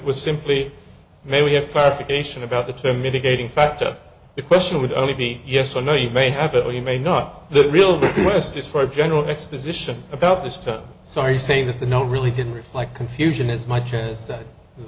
was simply may we have classification about the term mitigating factor the question would only be yes or no you may have it or you may not the real west is for general exposition about this time so are you saying that the no really didn't reflect confusion as much as